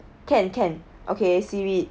can can okay seaweed